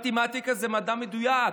מתמטיקה זה מדע מדויק.